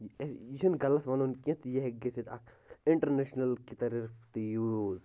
یہِ چھُنہٕ غَلَط وَنُن کیٚنٛہہ تہٕ یہِ ہیٚکہِ گٔژھِتھ اَکھ اِنٹَرنیشنَل کہِ طرفہٕ تہِ یوٗز